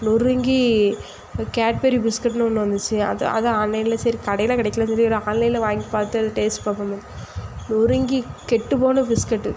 நொறுங்கி கேட்பரி பிஸ்கட்ன்னு ஒன்று வந்துச்சு அதை அதை ஆன்லைனில் சரி கடையில் கிடைக்கலன்னு சொல்லி ஒரு ஆன்லைனில் வாங்கி பார்த்து அதில் டேஸ்ட் பார்ப்போமே நொறுங்கி கெட்டுப்போன பிஸ்கட்டு